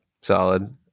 solid